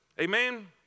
Amen